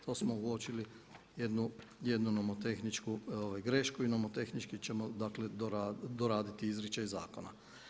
To smo uočili jednu nomotehničku grešku i nomotehnički ćemo, dakle doraditi izričaj zakona.